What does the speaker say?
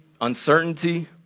uncertainty